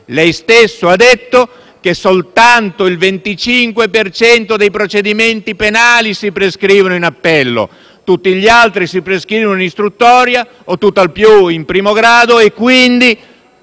Lei stesso ha detto che soltanto il 25 per cento dei procedimenti penali si prescrivono in appello e che tutti gli altri si prescrivono in istruttoria o, tutt'al più, in primo grado e quindi